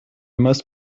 must